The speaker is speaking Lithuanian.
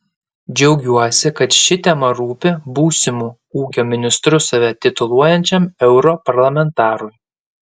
džiaugiuosi kad ši tema rūpi būsimu ūkio ministru save tituluojančiam europarlamentarui